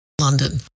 London